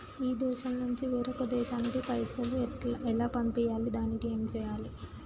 ఈ దేశం నుంచి వేరొక దేశానికి పైసలు ఎలా పంపియ్యాలి? దానికి ఏం చేయాలి?